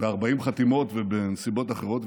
ב-40 חתימות ובנסיבות אחרות.